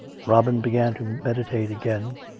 robin began to meditate again,